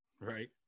Right